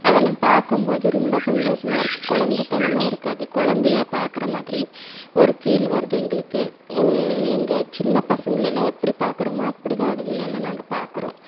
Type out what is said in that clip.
அதெல்லாம் பார்க்கும் போது ரொம்ப சந்தோஷமாயருக்கு கொழந்ததனமா இருக்காது கொழந்தையே பார்க்குற மாதிரி ஒரு ஃபீல் வருது எங்களுக்கு எங்கள் சின்ன பசங்களை எல்லாம் எப்படி பார்க்கறோமோ அப்படி தான் அதுங்களை எல்லாம் நாங்கள் பார்க்குறோம்